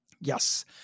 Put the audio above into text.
Yes